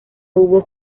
hubo